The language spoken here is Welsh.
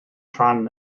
rhan